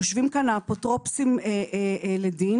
יושבים כאן האפוטרופוסים לדין,